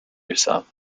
yourself